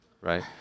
right